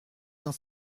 dans